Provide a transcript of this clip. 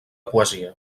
poesia